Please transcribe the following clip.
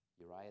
Uriah